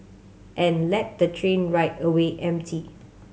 and let the train ride away empty